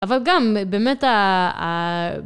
אבל גם באמת ה...ה...